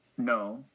No